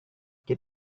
get